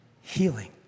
Healing